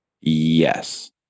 Yes